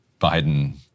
Biden